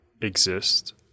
exist